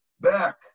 back